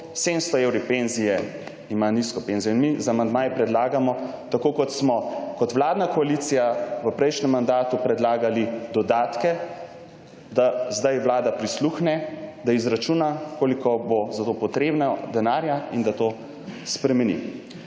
700 evri penzije ima nizko penzijo. In mi z amandmaji predlagamo, tako kot smo kot vladna koalicija v prejšnjem mandatu predlagali dodatke, da zdaj Vlada prisluhne, da izračuna, koliko bo za to potrebno denarja in da to spremeni.